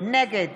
נגד